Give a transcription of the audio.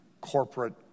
corporate